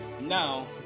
Now